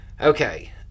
Okay